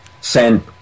send